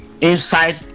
inside